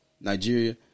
Nigeria